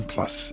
Plus